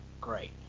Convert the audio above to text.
great